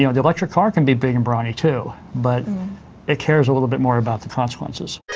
yeah the electric car can be big and brawny too, but it cares a little bit more about the consequences.